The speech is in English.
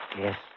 Yes